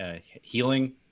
healing